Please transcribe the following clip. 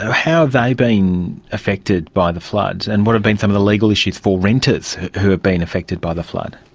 ah how have they been affected by the flood and what have been some of the legal issues for renters who have been affected by the flood?